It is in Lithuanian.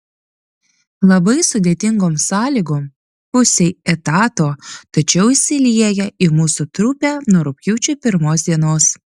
labai sudėtingom sąlygom pusei etato tačiau įsilieja į mūsų trupę nuo rugpjūčio pirmos dienos